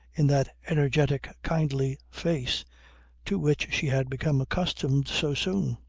in that energetic kindly face to which she had become accustomed so soon.